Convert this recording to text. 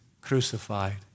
crucified